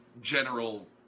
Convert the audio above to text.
general